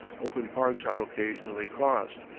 open parks are occasionally crossed,